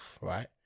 right